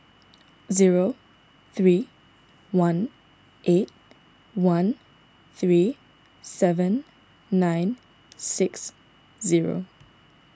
zero three one eight one three seven nine six zero